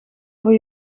voor